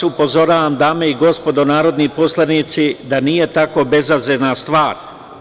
Upozoravam vas, dame i gospodo narodni poslanici, da nije tako bezazlena stvar.